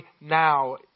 now